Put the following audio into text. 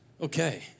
okay